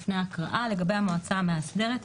לגבי המועצה המאסדרת: